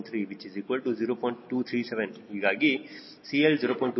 237 ಹೀಗಾಗಿ CL 0